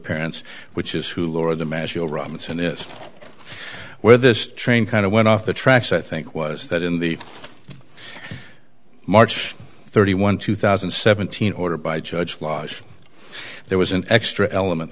parents which is who laura damasio robinson is where this train kind of went off the tracks i think was that in the march thirty one two thousand and seventeen order by judge lodge there was an extra element